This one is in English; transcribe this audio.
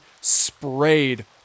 sprayed